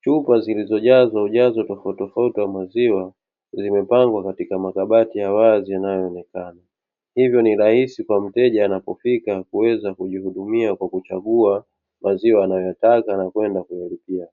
chupa zilizojazwa ujazo tofauti tofauti wa maziwa zimepangwa katika makabati ya wazi yanayoonekana, hivyo ni rahisi kwa mteja anapofika kuweza kujichagulia maziwa anayotaka na kwenda kuyalipia.